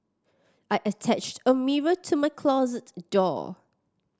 I attached a mirror to my closet door